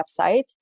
website